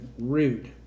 rude